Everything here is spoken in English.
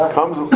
Comes